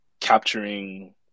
capturing